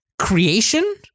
creation